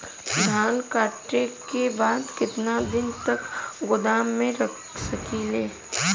धान कांटेके बाद कितना दिन तक गोदाम में रख सकीला?